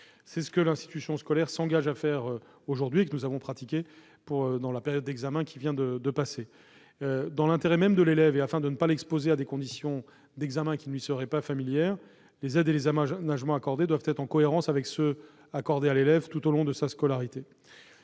C'est ce que l'institution scolaire s'engage à faire aujourd'hui et ce que nous avons pratiqué dans la période d'examen qui vient de s'achever. Dans l'intérêt même de l'élève, et afin de ne pas l'exposer à des conditions d'examen qui ne lui seraient pas familières, les aides et aménagements qui lui sont accordés doivent être en cohérence avec ceux qui lui ont été accordés tout au long de sa scolarité.